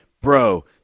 bro